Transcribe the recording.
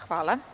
Hvala.